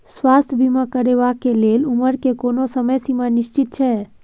स्वास्थ्य बीमा करेवाक के लेल उमर के कोनो समय सीमा निश्चित छै?